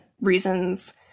reasons